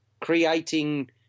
creating